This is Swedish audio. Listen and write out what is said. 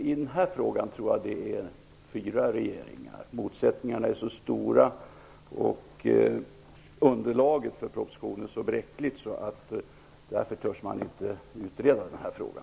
I det här sammanhanget handlar det om fyra regeringar. Motsättningarna är så stora och underlaget för propositionen är så bräckligt att man inte törs utreda den här frågan.